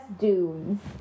Dunes